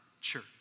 church